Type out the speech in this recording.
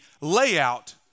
layout